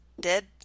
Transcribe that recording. dead